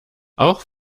auch